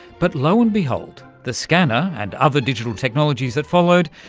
but, lo and behold, the scanner, and other digital technologies that followed,